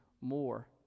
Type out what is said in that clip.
more